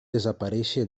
desaparèixer